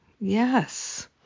Yes